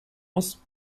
muss